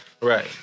Right